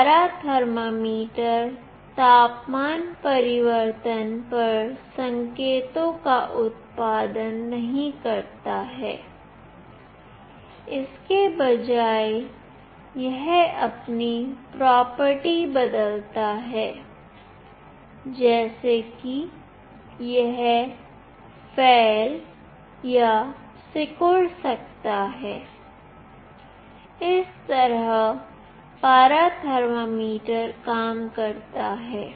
पारा थर्मामीटर तापमान परिवर्तन पर संकेतों का उत्पादन नहीं करता है इसके बजाय यह अपनी प्रॉपर्टी बदलता है जैसे कि यह फेल या सिकुड़ सकता है इस तरह पारा थर्मामीटर काम करता है